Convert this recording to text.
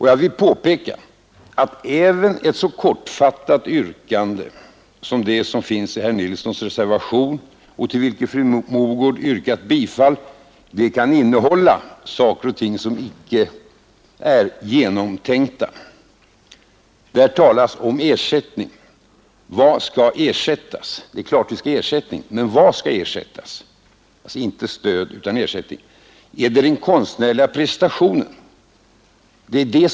Jag vill påpeka att även ett så kortfattat yrkande som det som finns i reservationen av herr Nilsson i Agnäs, till vilken fru Mogård yrkat bifall, kan innehålla saker och ting som icke är genomtänkta. Där talas om ersättning. Det är klart att konstnärerna skall ha ersättning — inte stöd. Men vad skall ersättas?